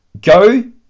go